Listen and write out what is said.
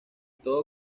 todo